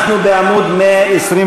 אנחנו בעמוד 125,